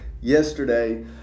Yesterday